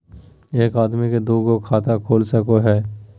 एक आदमी के दू गो खाता खुल सको है?